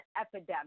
epidemic